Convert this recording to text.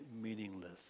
meaningless